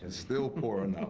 still pouring out.